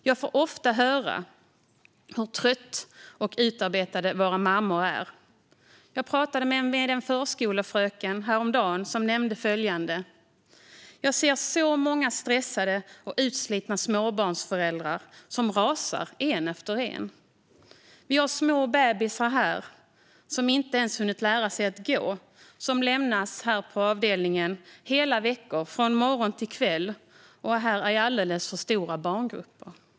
Jag får ofta höra hur trötta och utarbetade mammor är. Jag pratade med en förskolefröken häromdagen som sa följande: "Jag ser så många stressade och utslitna småbarnsföräldrar som rasar en efter en. Vi har små bebisar här som inte ens hunnit lära sig att gå, som lämnas här på avdelningen hela veckor från morgon till kväll och som är här i alldeles för stora barngrupper."